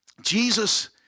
Jesus